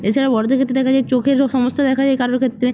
এছাড়াও বড়দের ক্ষেত্রে দেখা যায় চোখেরও সমস্যা দেখা যায় কারো ক্ষেত্রে